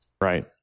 right